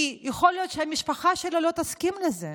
כי יכול להיות שהמשפחה שלו לא תסכים לזה.